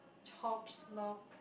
chops log